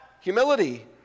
humility